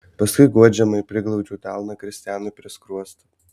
paskui guodžiamai priglaudžiu delną kristianui prie skruosto